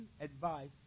advice